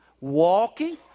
walking